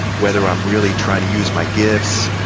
whether i'm really trying to use my gifts,